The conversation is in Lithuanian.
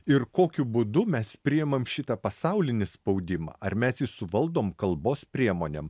ir kokiu būdu mes priimam šitą pasaulinį spaudimą ar mes jį suvaldom kalbos priemonėm